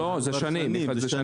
זה שנים.